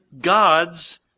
gods